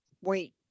wait